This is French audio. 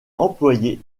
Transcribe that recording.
employée